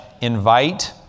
invite